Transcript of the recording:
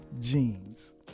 jeans